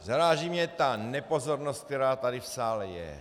Zaráží mě ta nepozornost, která tady v sále je.